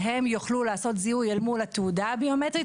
שהם יוכלו לעשות זיהוי אל מול התעודה הביומטרית